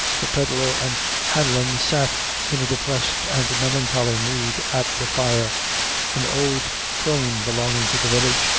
the pedlar and hanlon sat in a depressed and melancholy mood at the fire an old crone belonging to the village,